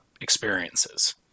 experiences